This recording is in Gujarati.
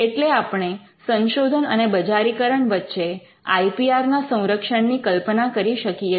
એટલે આપણે સંશોધન અને બજારીકરણ વચ્ચે આઈ પી આર ના સંરક્ષણની કલ્પના કરી શકીએ છે